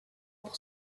pour